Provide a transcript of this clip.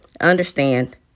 Understand